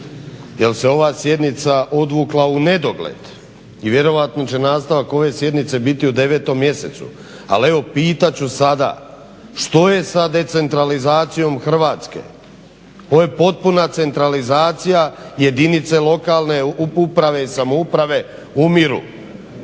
jer se ova sjednica odvukla unedogled i vjerojatno će nastavak ove sjednice biti u 9. mjesecu. Ali evo pitat ću sada što je sa decentralizacijom Hrvatske. Ovo je potpuna centralizacija, jedinice lokalne uprave i samouprave umiru.